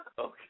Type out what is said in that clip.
Okay